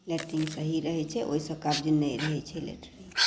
latrine सही रहै छै ओहिसँ कब्ज नहि रहै छै लैट्रिनमे